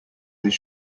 this